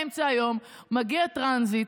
באמצע היום מגיע טרנזיט,